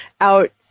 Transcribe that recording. out